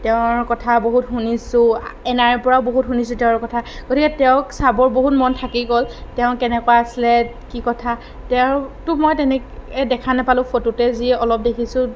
তেওঁৰ কথা বহুত শুনিছোঁ এনাইৰ পৰাও বহুত শুনিছোঁ তেওঁৰ কথা গতিকে তেওঁক চাবৰ বহুত মন থাকি গ'ল তেওঁ কেনেকুৱা আছিলে কি কথা তেওঁকতো মই তেনেকৈ দেখা নেপালোঁ ফটোতে যি অলপ দেখিছোঁ